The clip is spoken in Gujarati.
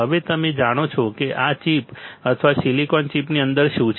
હવે તમે જાણો છો કે આ ચિપ અથવા સિલિકોન ચિપની અંદર શું છે